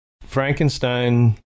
Frankenstein